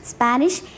Spanish